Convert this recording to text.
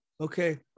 okay